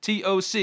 TOC